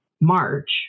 March